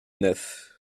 neuf